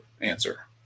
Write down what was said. answer